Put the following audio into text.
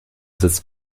sitzt